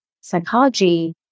psychology